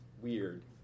weird